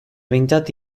behintzat